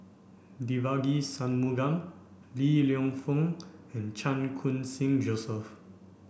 Devagi Sanmugam Li Lienfung and Chan Khun Sing Joseph